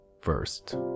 first